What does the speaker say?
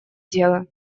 дело